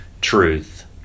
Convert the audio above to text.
truth